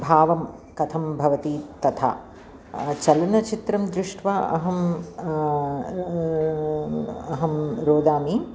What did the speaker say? भावं कथं भवति तथा चलनचित्रं दृष्ट्वा अहम् अहं रोदिमि